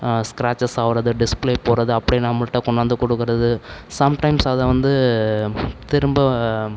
scratches ஆகிறது display போவது அப்படியே நம்மள்கிட்ட கொண்டு வந்து கொடுக்குறது சம் டைம்ஸ் அதை வந்து திரும்ப